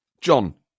John